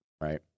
right